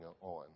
on